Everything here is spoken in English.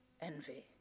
Envy